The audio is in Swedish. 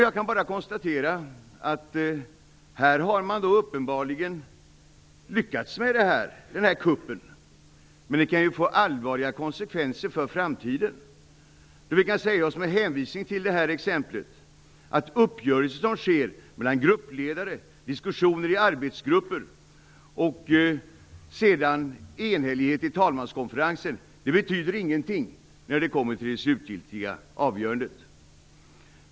Jag kan bara konstatera att man här uppenbarligen har lyckats med sin kupp. Men den kan ju få allvarliga konsekvenser för framtiden. Med hänvisning till detta exempel kan man säga att uppgörelser som sker mellan gruppledare, diskussioner i arbetsgrupper och enhällighet i talmanskonferensen inte betyder någonting när man kommer till det slutgiltiga avgörandet.